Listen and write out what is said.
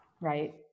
right